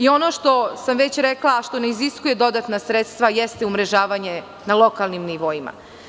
Ono što sam već rekla, a što ne iziskuje dodatna sredstva, jeste umrežavanje na lokalnim nivoima.